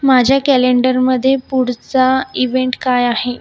माझ्या कॅलेंडरमध्ये पुढचा इव्हेंट काय आहे